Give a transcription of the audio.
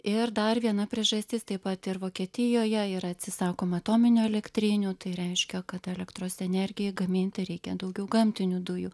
ir dar viena priežastis taip pat ir vokietijoje yra atsisakoma atominių elektrinių tai reiškia kad elektros energijai gaminti reikia daugiau gamtinių dujų